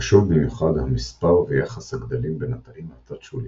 חשוב במיוחד המספר ויחס הגדלים בין התאים התת-שוליים,